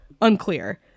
unclear